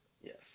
yes